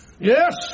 yes